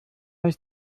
ist